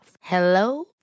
Hello